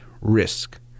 risk